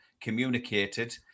communicated